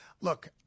Look